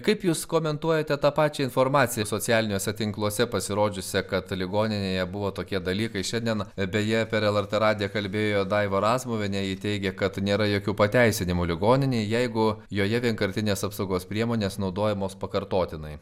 kaip jūs komentuojate tą pačią informaciją socialiniuose tinkluose pasirodžiusią kad ligoninėje buvo tokie dalykai šiandien beje per lrt radiją kalbėjo daiva razmuvienė ji teigė kad nėra jokių pateisinimų ligoninei jeigu joje vienkartinės apsaugos priemonės naudojamos pakartotinai